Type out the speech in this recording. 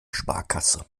sparkasse